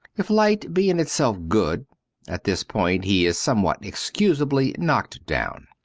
if light be in itself good at this point he is somewhat excusably knocked down.